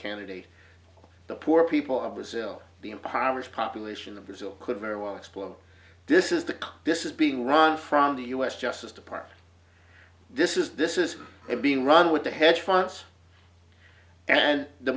candidate the poor people of brazil the impoverished population of brazil could very well explode this is the this is being run from the u s justice department this is this is being run with the hedge funds and the